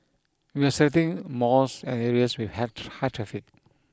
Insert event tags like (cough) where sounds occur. we are selecting malls and areas with high (noise) high traffic